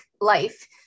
life